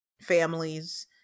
families